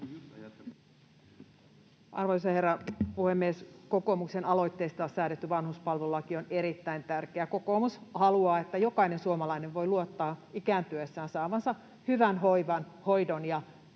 Arvoisa herra puhemies! Kokoomuksen aloitteesta säädetty vanhuspalvelulaki on erittäin tärkeä. Kokoomus haluaa, että jokainen suomalainen voi luottaa ikääntyessään saavansa hyvän hoivan, hoidon